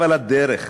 אבל הדרך,